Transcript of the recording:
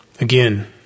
Again